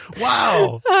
Wow